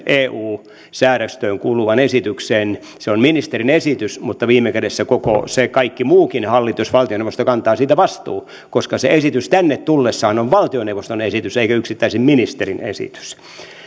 eu säädöstöön kuuluvan esityksen se on ministerin esitys mutta viime kädessä koko se kaikki muukin hallitus valtioneuvosto kantaa siitä vastuun koska se esitys tänne tullessaan on valtioneuvoston esitys eikä yksittäisen ministerin esitys